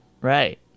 right